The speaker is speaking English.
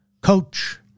Coach